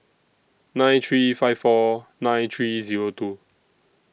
nine three five four nine three Zero two